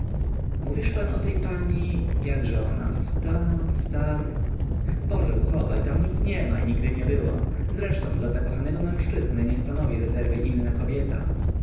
mówisz pan o tej pani jakże ona sta star boże uchowaj tam nic niema i nigdy nie było zresztą dla zakochanego mężczyzny nie stanowi rezerwy inna kobieta